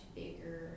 bigger